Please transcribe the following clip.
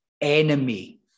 Enemy